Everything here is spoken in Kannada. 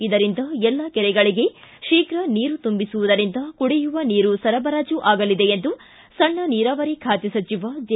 ಇದರಿಂದ ಎಲ್ಲಾ ಕೆರೆಗಳಿಗೆ ಶೀಘ ನೀರು ತುಂಬಿಸುವುದರಿಂದ ಕುಡಿಯುವ ನೀರು ಸರಬರಾಜು ಆಗಲಿದೆ ಎಂದು ಸಣ್ಣ ನೀರಾವರಿ ಖಾತೆ ಸಚಿವ ಜೆ